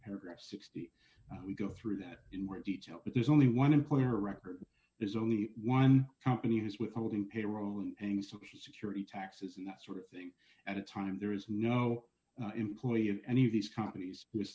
paragraph sixty we go through that in more detail but there's only one employer record there's only one company is withholding payroll and social security taxes and that sort of thing at a time there is no employee of any of these companies w